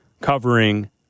covering